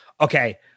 Okay